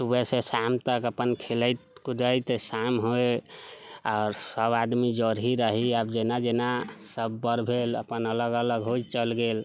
सुबहसँ शाम तक अपन खेलैत कूदैत शाम होइ आओर सभ आदमी जरहि रही आब जेना जेना सभ बड़ भेल अपन अलग अलग होइत चल गेल